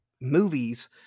movies